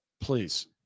Please